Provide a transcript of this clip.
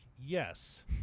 yes